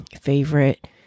favorite